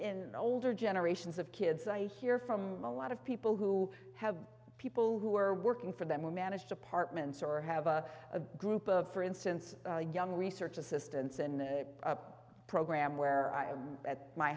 older generations of kids i hear from a lot of people who have people who or working for them or managed apartments or have a group of for instance the young research assistants in the program where i'm at my